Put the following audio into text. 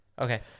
Okay